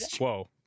Whoa